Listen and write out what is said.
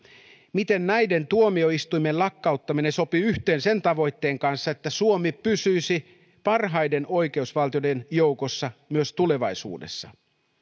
miten näiden tuomioistuimien lakkauttaminen sopii yhteen sen tavoitteen kanssa että suomi pysyisi parhaiden oikeusvaltioiden joukossa myös tulevaisuudessa